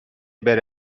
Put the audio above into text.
بره